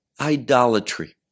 idolatry